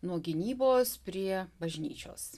nuo gynybos prie bažnyčios